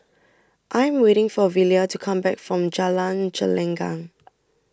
I Am waiting For Velia to Come Back from Jalan Gelenggang